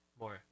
more